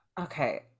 Okay